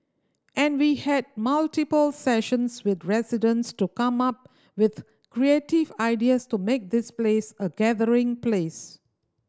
and we had multiple sessions with residents to come up with creative ideas to make this place a gathering place